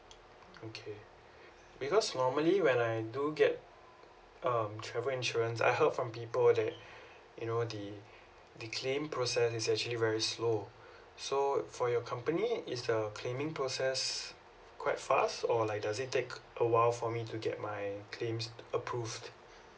okay because normally when I do get um travel insurance I heard from people that you know the the claim process is actually very slow so for your company is the claiming process quite fast or like does it take a while for me to get my claims approved